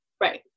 Right